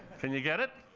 can you get it?